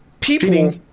People